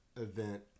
event